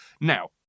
Now